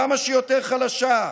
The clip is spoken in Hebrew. כמה שיותר חלשה,